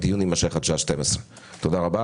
הדיון יתמשך עד 12:00. תודה רבה,